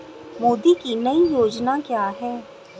मोदी की नई योजना क्या है?